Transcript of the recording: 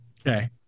okay